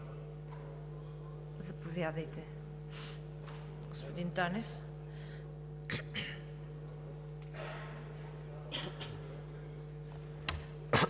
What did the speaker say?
Заповядайте, господин Танев.